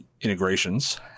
integrations